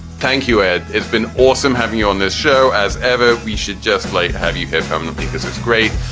thank you. ah it's been awesome having you on this show as ever. we should just like have you heard from the. because it's great.